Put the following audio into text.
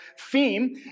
theme